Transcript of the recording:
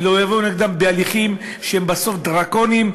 ולא יבואו נגדם בהליכים שהם בסוף דרקוניים,